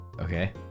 okay